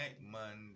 Monday